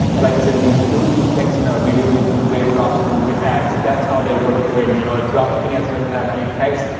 but like i said, you do need texting or video to convert dropshipping ads, that's how they work great. you you know, if dropshipping ads doesn't have any text,